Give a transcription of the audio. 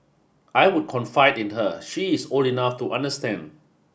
I would confide in her she is old enough to understand